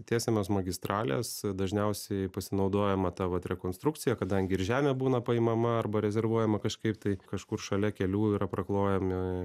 tiesiamos magistralės dažniausiai pasinaudojama ta vat rekonstrukcija kadangi ir žemė būna paimama arba rezervuojama kažkaip tai kažkur šalia kelių yra praklojami